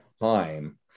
time